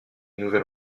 nouvel